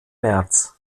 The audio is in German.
märz